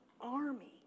army